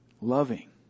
loving